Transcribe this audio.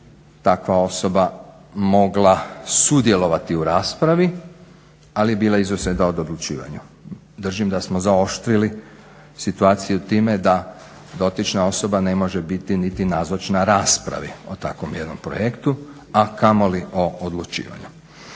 takva osoba mogla sudjelovati u raspravi ali je bila izuzeta o odlučivanju. Držim da smo zaoštrili situaciju time da dotična osoba ne može biti niti nazočna raspravi o takvom jednom projektu, a kamoli o odlučivanju.